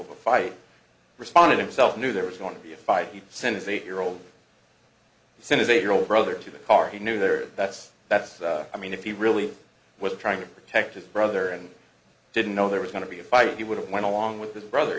of a fight responded himself knew there was going to be a fight he sent his eight year old son as eight year old brother to the car he knew there that's that's i mean if you really was trying to protect his brother and didn't know there was going to be a fight you would have went along with the brother